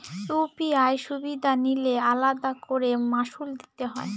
UPI সুবিধা নিলে আলাদা করে মাসুল দিতে হয়?